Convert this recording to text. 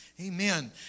Amen